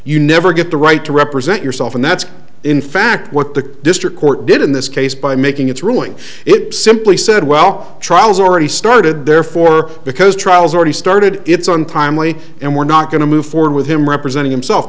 you never get the right to represent yourself and that's in fact what the district court did in this case by making its ruling it simply said well trials already started therefore because trials already started it's untimely and we're not going to move forward with him representing himself